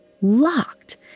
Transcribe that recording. locked